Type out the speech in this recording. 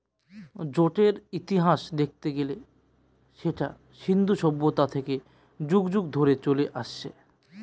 জুটের ইতিহাস দেখতে গেলে সেটা সিন্ধু সভ্যতা থেকে যুগ যুগ ধরে চলে আসছে